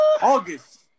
August